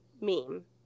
meme